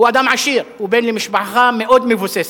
הוא אדם עשיר, הוא בן למשפחה מאוד מבוססת.